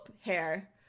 hair